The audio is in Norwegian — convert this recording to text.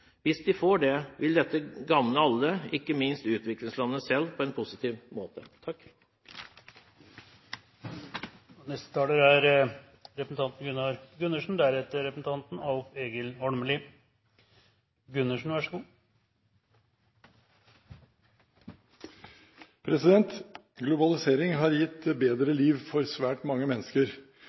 Hvis de får det, vil dette gagne alle, ikke minst utviklingslandene selv, på en positiv måte. Globalisering har gitt bedre liv for svært mange mennesker. Solide institusjoner og et godt rettslig rammeverk gir den forutsigbarhet næringslivet trenger for